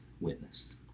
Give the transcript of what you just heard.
witness